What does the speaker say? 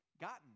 gotten